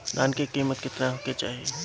धान के किमत केतना होखे चाही?